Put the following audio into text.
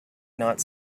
not